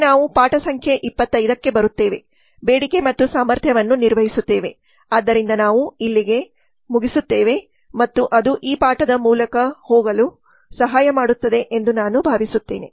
ಮುಂದೆ ನಾವು ಪಾಠ ಸಂಖ್ಯೆ 25 ಕ್ಕೆ ಬರುತ್ತೇವೆ ಬೇಡಿಕೆ ಮತ್ತು ಸಾಮರ್ಥ್ಯವನ್ನು ನಿರ್ವಹಿಸುತ್ತೇವೆ ಆದ್ದರಿಂದ ನಾವು ಇಲ್ಲಿಗೆ ಕೊನೆಗೊಳ್ಳುತ್ತೇವೆ ಮತ್ತು ಅದು ಈ ಪಾಠದ ಮೂಲಕ ಹೋಗಲು ಸಹಾಯ ಮಾಡುತ್ತದೆ ಎಂದು ನಾನು ಭಾವಿಸುತ್ತೇನೆ